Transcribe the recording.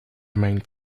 remained